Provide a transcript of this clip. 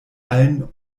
allen